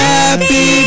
Happy